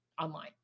online